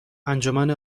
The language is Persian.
انجمن